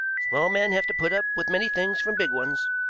small men have to put up with many things from big ones,